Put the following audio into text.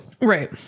Right